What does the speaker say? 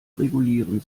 regulieren